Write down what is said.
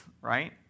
right